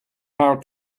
how